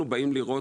אנחנו באים לראות,